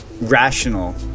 rational